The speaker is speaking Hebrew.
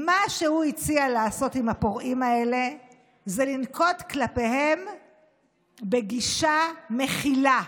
מה שהוא הציע לעשות עם הפורעים האלה זה לנקוט כלפיהם מגישה מכילה,